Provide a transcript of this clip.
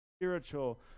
spiritual